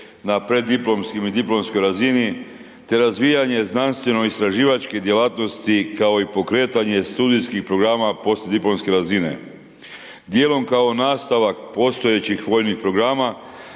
na preddiplomskoj i diplomskoj razini te razvijanje znanstveno-istraživačke djelatnosti kao i pokretanje studijskih programa postdiplomske razine. Djelom kao nastavak postojećih vojnih programa,